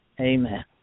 Amen